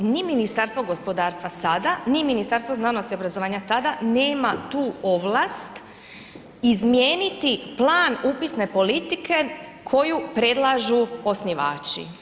E neće, zato što ni Ministarstvo gospodarstva sada ni Ministarstvo znanosti i obrazovanja tada nema tu ovlast izmijeniti plan upisne politike koju predlažu osnivači.